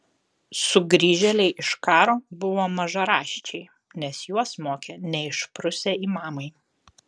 sugrįžėliai iš karo buvo mažaraščiai nes juos mokė neišprusę imamai